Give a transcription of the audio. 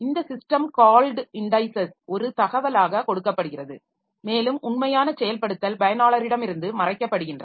இந்த system called indices ஒரு தகவலாக கொடுக்கப்படுகிறது மேலும் உண்மையான செயல்படுத்தல் பயனாளரிடமிருந்து மறைக்கப்படுகின்றன